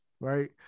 right